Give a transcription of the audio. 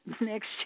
next